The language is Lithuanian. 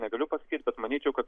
negaliu pasakyt bet manyčiau kad